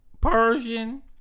Persian